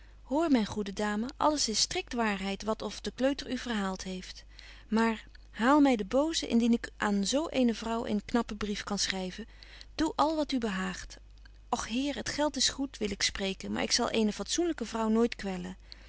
hoor myn goede dame alles is strikt waarheid wat of de kleuter u verhaalt heeft maar haal my de boze indien ik aan zo eene vrouw een knappen brief kan schryven doe al wat u behaagt och heer het geld is goed wil ik spreken maar ik zal eene fatsoenlyke vrouw nooit kwellen